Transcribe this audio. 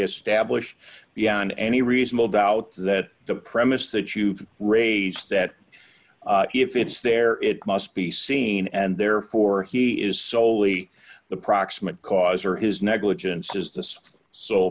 establish beyond any reasonable doubt that the premise that you raise that if it's there it must be seen and therefore he is soley the proximate cause or his negligence is this sole